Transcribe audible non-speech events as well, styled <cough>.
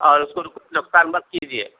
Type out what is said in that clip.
اور اس کو <unintelligible> نقصان مت کیجیے